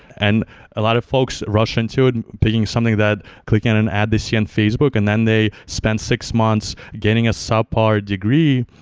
and a lot of folks rush into it and picking something that clicking an ad they see on facebook and then they spend six months getting a subpar degree.